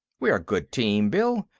we're a good team, bill.